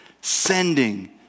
Sending